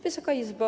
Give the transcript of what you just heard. Wysoka Izbo!